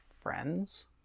friends